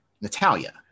Natalia